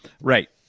Right